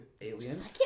aliens